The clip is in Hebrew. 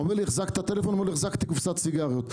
אומר לי שהחזקתי טלפון ואני אומר לו שהחזקתי קופסת סיגריות.